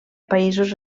països